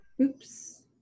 Oops